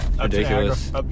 Ridiculous